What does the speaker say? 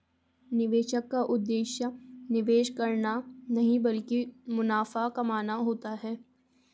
निवेशक का उद्देश्य निवेश करना नहीं ब्लकि मुनाफा कमाना होता है